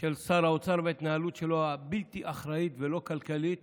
של שר האוצר וההתנהלות שלו הבלתי-אחראית ולא כלכלית